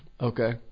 Okay